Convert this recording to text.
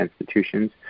institutions